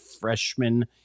freshman